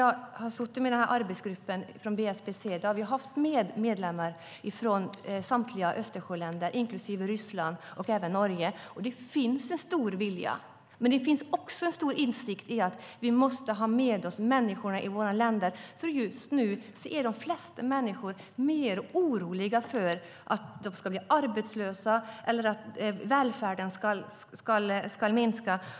Jag har suttit med i en arbetsgrupp i BSPC där vi haft med medlemmar från samtliga Östersjöländer, inklusive Ryssland, och även Norge. Jag har sett att det finns en stor vilja, men också en stor insikt om att vi måste ha med oss människorna i våra länder; just nu är de flesta människor mer oroliga för att de ska bli arbetslösa eller för att välfärden ska minska.